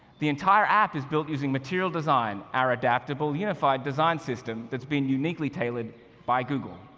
the entire app is built using material design our adaptable, unified design system that's been uniquely tailored by google.